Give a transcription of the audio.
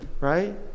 right